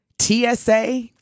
tsa